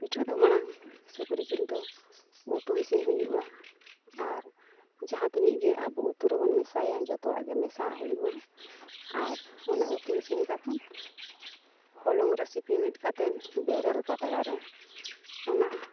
ᱯᱤᱴᱷᱟᱹ ᱫᱚ ᱢᱟᱲᱟᱝ ᱥᱩᱠᱨᱤ ᱡᱤᱞ ᱫᱚ ᱩᱛᱩ ᱤᱥᱤᱱ ᱦᱩᱭᱩᱜᱼᱟ ᱟᱨ ᱡᱟᱦᱟᱸ ᱛᱤᱱᱟᱹᱜᱼᱜᱮ ᱟᱵᱚ ᱩᱛᱩ ᱨᱮᱵᱚᱱ ᱢᱮᱥᱟᱭᱟ ᱡᱚᱛᱚᱣᱟᱜ ᱜᱮ ᱢᱮᱥᱟᱣᱟᱜ ᱦᱩᱭᱩᱜᱼᱟ ᱟᱨ ᱚᱱᱟ ᱩᱛᱩ ᱤᱥᱤᱱ ᱠᱟᱛᱮᱫ ᱦᱚᱞᱚᱝ ᱨᱮ ᱥᱤᱯᱤ ᱢᱤᱫ ᱠᱟᱛᱮᱫ ᱵᱮᱨᱮᱞ ᱯᱟᱛᱲᱟ ᱨᱮ ᱚᱱᱟ